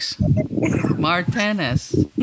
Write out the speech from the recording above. Martinez